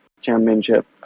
championship